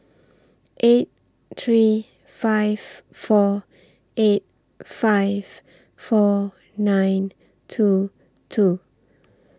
eight three five four eight five four nine two two